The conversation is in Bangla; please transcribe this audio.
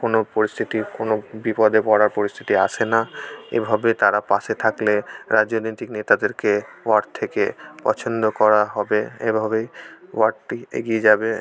কোনো পরিস্থিতি কোনো বিপদে পড়ার পরিস্থিতি আসে না এভাবে তারা পাশে থাকলে রাজনৈতিক নেতাদেরকে ওয়ার্ড থেকে পছন্দ করা হবে এভাবেই ওয়ার্ডটি এগিয়ে যাবে